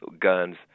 guns